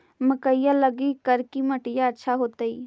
मकईया लगी करिकी मिट्टियां अच्छा होतई